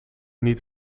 niet